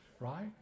right